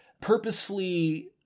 purposefully